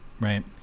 Right